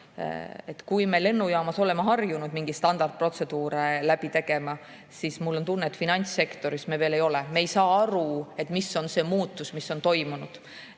Kui me lennujaamas olema harjunud mingeid standardprotseduure läbi tegema, siis mul on tunne, et finantssektoris me veel ei ole. Me ei saa aru, mis on see muutus, mis on toimunud.